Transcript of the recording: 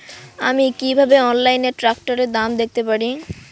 আমি কিভাবে অনলাইনে ট্রাক্টরের দাম দেখতে পারি?